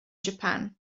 japan